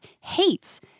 hates